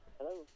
Hello